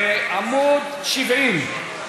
עמוד 70,